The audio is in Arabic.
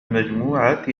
مجموعة